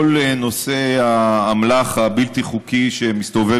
כל נושא האמל"ח הבלתי-חוקי שמסתובב